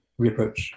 reapproach